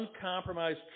uncompromised